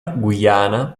guyana